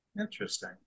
Interesting